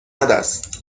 است